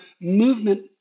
movement